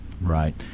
Right